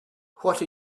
what